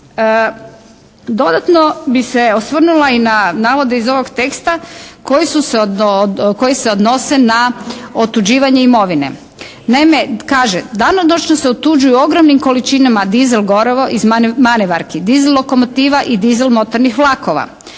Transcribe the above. Dodatno bih se osvrnula i na navode iz ovog teksta koji su se, koji se odnose na otuđivanje imovine. Naime kaže: Danonoćno se otuđuju u ogromnim količinama diesel gorivo iz manevarki diesel lokomotiva i diesel motornih vlakova.